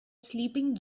sleeping